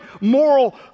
moral